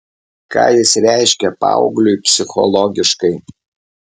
ką jis reiškia paaugliui psichologiškai